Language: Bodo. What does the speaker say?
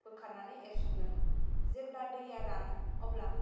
बोखारनानै एरफिनगोन जैब्ला दैया रानो अब्ला